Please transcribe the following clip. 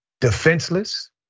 defenseless